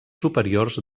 superiors